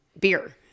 beer